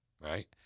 right